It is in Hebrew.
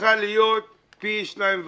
הפכה להיות פי שניים וחצי.